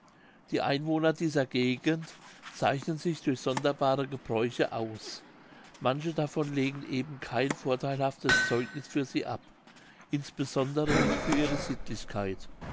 die einwohner dieser gegend zeichnen sich durch sonderbare gebräuche aus manche davon legen eben kein vortheilhaftes zeugniß für sie ab insbesondere nicht für ihre sittlichkeit